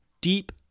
deep